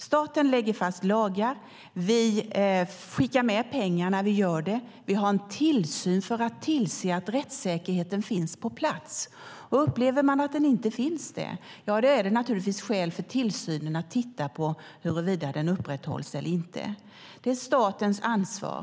Staten lägger fast lagar, och vi skickar med pengar från staten när vi gör det. Vi har en tillsyn för att tillse att rättssäkerheten finns på plats. Upplever man att den inte finns är det naturligtvis skäl för tillsyn att titta på huruvida den upprätthålls eller inte. Det är statens ansvar.